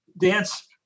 dance